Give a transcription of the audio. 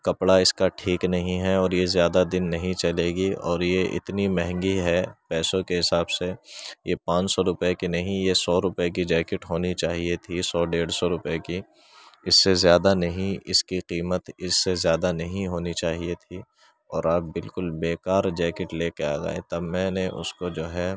کپڑا اس کا ٹھیک نہیں ہے اور یہ زیادہ دن نہیں چلے گی اور یہ اتنی مہنگی ہے پیسوں کے حساب سے یہ پانچ سو روپے کی نہیں یہ سو روپے کی جیکٹ ہونی چاہیے تھی سو ڈیڑھ سو روپے کی اس سے زیادہ نہیں اس کی قیمت اس سے زیادہ نہیں ہونی چاہیے تھی اور آپ بالکل بیکار جیکٹ لے کر آ گئے تب میں نے اس کو جو ہے